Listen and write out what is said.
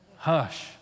Hush